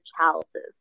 chalices